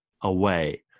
away